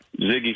ziggy